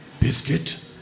Biscuit